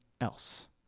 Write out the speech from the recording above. else